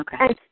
Okay